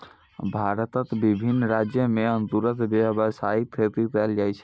भारतक विभिन्न राज्य मे अंगूरक व्यावसायिक खेती कैल जाइ छै